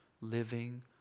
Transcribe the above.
living